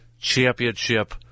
championship